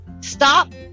stop